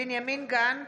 בנימין גנץ,